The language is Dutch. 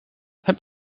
heb